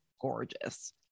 gorgeous